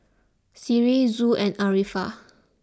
Sri Zul and Arifa